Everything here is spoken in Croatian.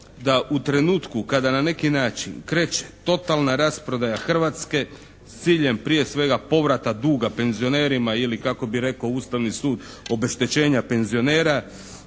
da u trenutku kada na neki način kreće totalna rasprodaja Hrvatske s ciljem prije svega povrata duga penzionerima ili kako bi rekao Ustavni sud obeštećenja penzionera,